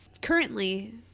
currently